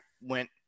went